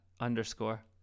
underscore